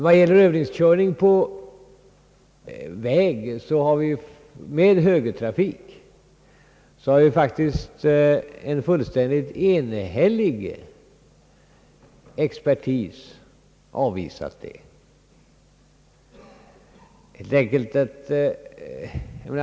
I fråga om övningskörning på väg inför högertrafikreformen har ju en fullständigt enhälligt expertis faktiskt avvisat det förslaget.